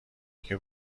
یکی